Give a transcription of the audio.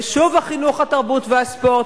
ושוב החינוך, התרבות והספורט.